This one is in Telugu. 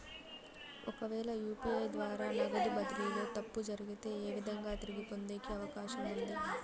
ఒకవేల యు.పి.ఐ ద్వారా నగదు బదిలీలో తప్పు జరిగితే, ఏ విధంగా తిరిగి పొందేకి అవకాశం ఉంది?